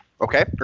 okay